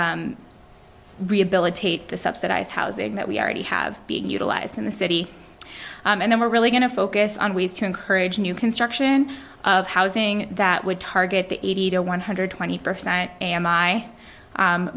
and rehabilitate the subsidized housing that we already have being utilized in the city and then we're really going to focus on ways to encourage new construction of housing that would target the eighty to one hundred twenty percent a